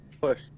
push